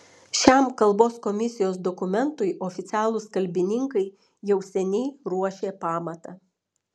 šiam kalbos komisijos dokumentui oficialūs kalbininkai jau seniai ruošė pamatą